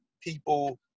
people